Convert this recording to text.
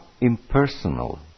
impersonal